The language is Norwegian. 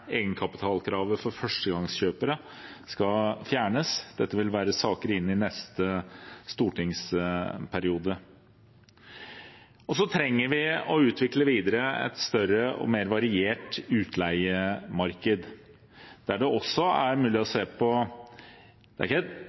egenkapitalkravet for førstegangskjøpere skal fjernes. Dette vil være saker i neste stortingsperiode. Så trenger vi å utvikle videre et større og mer variert utleiemarked, der det også er mulig å se på – ikke